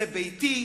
זה ביתי,